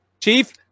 Chief